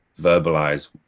verbalize